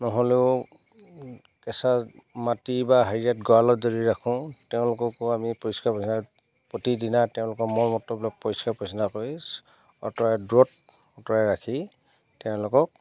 নহ'লেও কেঁচা মাটি বা হেৰিয়াত গঁৰালত যদি ৰাখোঁ তেওঁলোককো আমি পৰিষ্কাৰ পৰিচ্ছন্ন প্ৰতিদিনা তেওঁলোকৰ মল মূত্ৰবিলাক পৰিষ্কাৰ পৰিচ্ছন্ন কৰি আঁতৰাই দূৰত আঁতৰাই ৰাখি তেওঁলোকক